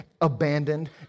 abandoned